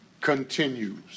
continues